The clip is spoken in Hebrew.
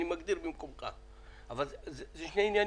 אני מגדיר במקומך, אבל אלה שני עניינים.